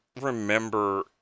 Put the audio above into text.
remember